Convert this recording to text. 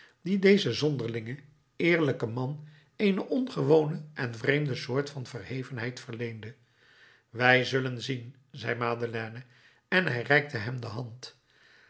die dezen zonderlingen eerlijken man eene ongewone en vreemde soort van verhevenheid verleende wij zullen zien zei madeleine en hij reikte hem de hand